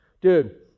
Dude